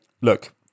look